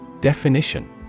Definition